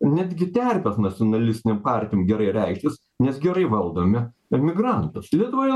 netgi terpės nacionalistinėm partijom gerai reikštis nes gerai valdome emigrantus lietuvoje